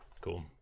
cool